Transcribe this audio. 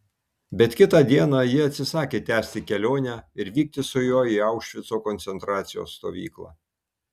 bet kitą dieną ji atsisakė tęsti kelionę ir vykti su juo į aušvico koncentracijos stovyklą